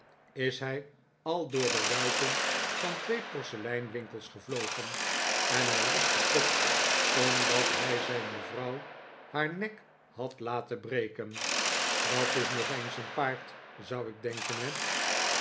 is hij al door de ruiten van twee porceleinwinkels gevlogen en hij is verkocht omdat hji zijn mevrouw haar nek had laten breken dat is nog eens een paard zou ik denken he